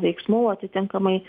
veiksmų atitinkamai